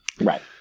Right